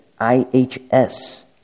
IHS